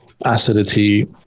acidity